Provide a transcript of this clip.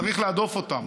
צריך להדוף אותם